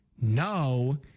no